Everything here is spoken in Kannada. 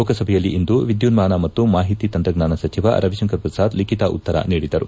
ಲೋಕಸಭೆಯಲ್ಲಿಂದು ವಿದ್ಯುನ್ಮಾನ ಮತ್ತು ಮಾಹಿತಿ ತಂತ್ರಜ್ಞಾನ ಸಚಿವ ರವಿಶಂಕರ್ ಪ್ರಸಾದ್ ಲಿಖಿತ ಉತ್ತರ ನೀಡಿದರು